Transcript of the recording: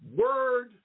word